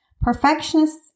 perfectionists